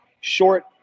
short